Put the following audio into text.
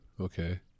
okay